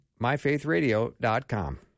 MyFaithRadio.com